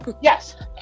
Yes